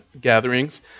gatherings